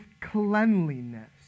cleanliness